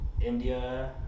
India